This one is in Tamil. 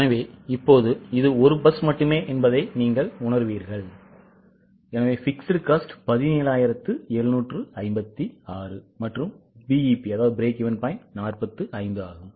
எனவே இப்போது இது ஒரு பஸ் மட்டுமே என்பதை நீங்கள் உணருவீர்கள் எனவே fixed cost 17756 மற்றும் BEP 45 ஆகும்